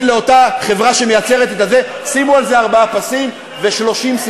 לאותה חברה שמייצרת: שימו על זה ארבעה פסים ו-cc30.